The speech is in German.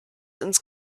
ins